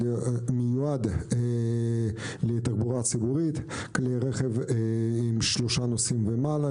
מיועד לתחבורה ציבורית ולכלי רכב עם שלושה נוסעים ומעלה,